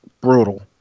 brutal